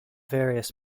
various